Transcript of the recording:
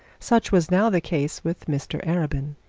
such was now the case with mr arabin.